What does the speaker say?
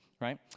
right